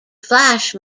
flash